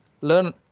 learn